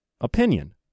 opinion